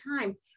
time